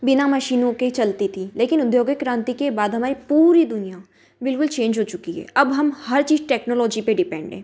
बिना मशीनों के चलती थी लेकिन औद्योगिक क्रांति के बाद हमारी पूरी दुनिया बिल्कुल चेंज हो चुकी है अब हम हर चीज़ टेक्नोलॉजी पर डिपेंड हैं